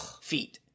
feet